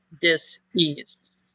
dis-ease